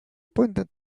pointed